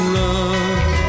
love